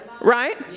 right